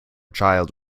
child